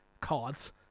Cards